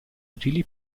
utili